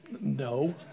No